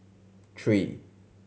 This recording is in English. three